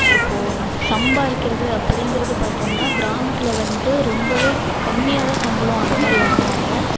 இப்போது சம்பாதிக்கிறது அப்படிங்குறது பார்த்தம்னா கிராமத்தில் வந்து ரொம்பவே கம்மியாகத்தான் சம்பளம் அந்தமாதிரி வாங்குவாங்க